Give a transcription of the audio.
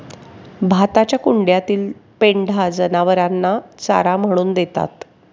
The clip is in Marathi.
भाताच्या कुंड्यातील पेंढा जनावरांना चारा म्हणून देतात